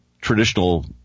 traditional